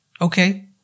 Okay